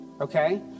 okay